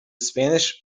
spanish